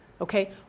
okay